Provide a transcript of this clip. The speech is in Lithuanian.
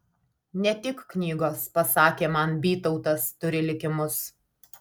ne tik knygos pasakė man bytautas turi likimus